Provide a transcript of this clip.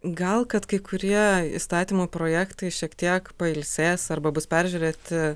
gal kad kai kurie įstatymų projektai šiek tiek pailsės arba bus peržiūrėti